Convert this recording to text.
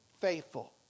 faithful